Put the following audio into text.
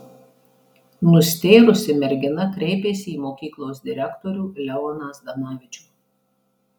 nustėrusi mergina kreipėsi į mokyklos direktorių leoną zdanavičių